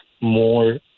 more